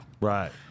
Right